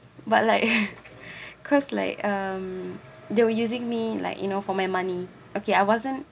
but like because like um they were using me like you know for my money okay I wasn't